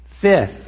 Fifth